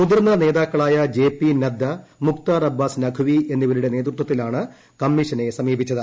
മുതിർന്ന നേതാക്കളായ J P Nadda Mukhtar Abbas Naqvi എന്നിവരുടെ നേതൃത്വത്തിലാണ് കമ്മിഷനെ സമീപിച്ചത്